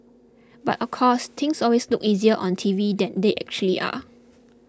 but of course things always look easier on T V than they actually are